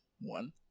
one